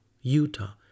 Utah